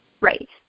Right